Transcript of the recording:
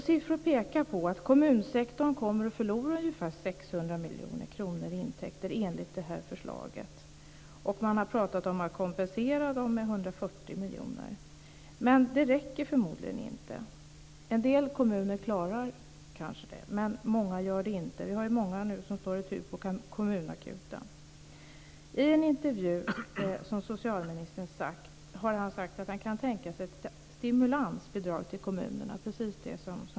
Siffror pekar på att kommunsektorn kommer att förlora ungefär 600 miljoner kronor i intäkter enligt det här förslaget. Man har pratat om att kompensera dem med 140 miljoner. Men det räcker förmodligen inte. En del kommuner klarar det kanske, men många gör det inte. Vi har ju många som nu står i tur på kommunakuten. I en intervju har socialministern sagt att han kan tänka sig ett stimulansbidrag till kommunerna.